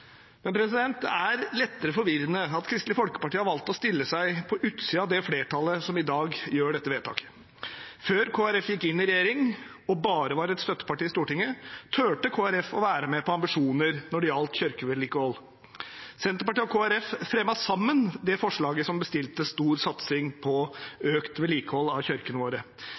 Men det er lettere forvirrende at Kristelig Folkeparti har valgt å stille seg på utsiden av det flertallet som i dag gjør dette vedtaket. Før Kristelig Folkeparti gikk inn i regjering og bare var et støtteparti i Stortinget, turte Kristelig Folkeparti å være med på ambisjoner når det gjaldt kirkevedlikehold. Senterpartiet og Kristelig Folkeparti fremmet sammen det forslaget som bestilte stor satsing på økt vedlikehold av kirkene våre.